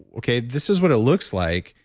okay, this is what it looks like,